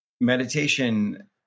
meditation